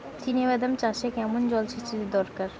চিনাবাদাম চাষে কেমন জলসেচের দরকার?